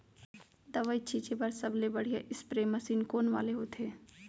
दवई छिंचे बर सबले बढ़िया स्प्रे मशीन कोन वाले होथे?